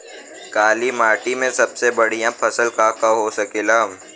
काली माटी में सबसे बढ़िया फसल का का हो सकेला?